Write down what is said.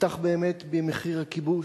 נפתח באמת במחיר הכיבוש.